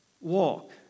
Walk